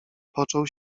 począł